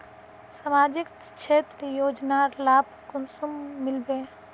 सामाजिक क्षेत्र योजनार लाभ कुंसम मिलबे?